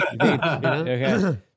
okay